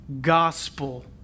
gospel